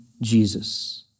Jesus